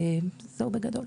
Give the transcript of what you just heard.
זהו בגדול.